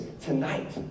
tonight